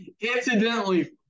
incidentally